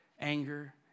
anger